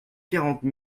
quarante